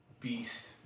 beast